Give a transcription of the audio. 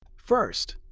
first,